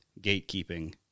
gatekeeping